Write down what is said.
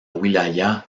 wilaya